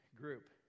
group